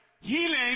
Healing